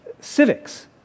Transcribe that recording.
civics